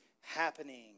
happening